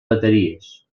bateries